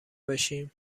باشیم